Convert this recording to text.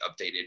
updated